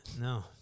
No